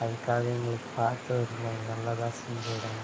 அதுக்காகவே எங்களுக்கு பார்த்து நல்லதாக செஞ்சு விடுங்க